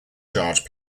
charged